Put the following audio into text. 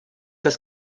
das